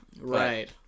Right